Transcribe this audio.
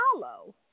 follow